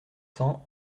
cents